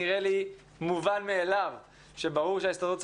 נראה לי מובן מאיליו שברור שההסתדרות המורים